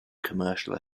commercial